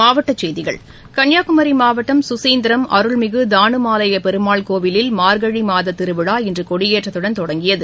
மாவட்ட செய்திகள் கன்னியாகுமரி மாவட்டம் கசீந்திரம் அருள்மிகு தானுமாலைய பெருமாள் கோவிலில் மா்கழி மாத திருவிழா இன்று கொடியேற்றத்துடன் தொடங்கியது